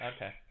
Okay